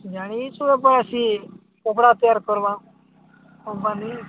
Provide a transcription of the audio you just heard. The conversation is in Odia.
ଜାଣିଛୁ କପଡ଼ା ତିଆରି କରିବା କମ୍ପାନୀ